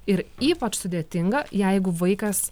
ir ypač sudėtinga jeigu vaikas